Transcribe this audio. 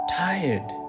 tired